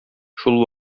шул